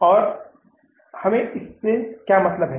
और हमें इससे क्या मतलब है